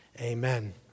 amen